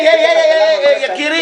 הי, הי, הי, יקירי,